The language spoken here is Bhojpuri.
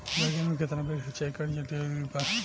बैगन में केतना बेर सिचाई करल जरूरी बा?